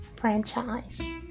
franchise